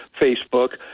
Facebook